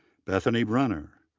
bethany brunner,